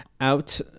out